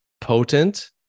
potent